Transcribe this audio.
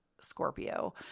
Scorpio